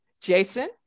Jason